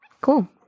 Cool